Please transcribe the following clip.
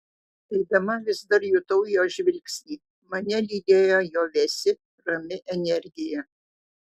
eidama vis dar jutau jo žvilgsnį mane lydėjo jo vėsi rami energija